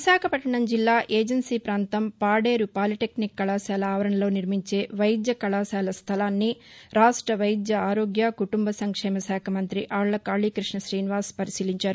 విశాఖపట్టణం జిల్లా ఏజెన్సీ పాంతం పాదేరు పాలిటెక్నిక్ కళాశాల ఆవరణలో నిర్మించే వైద్య కళాశాల స్టలాన్ని రాష్ట వైద్య ఆరోగ్య కుటుంబ సంక్షేమశాఖ మంతి ఆళ్ల కాళీ కృష్ణ శీనివాస్ పరిశీలించారు